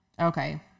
Okay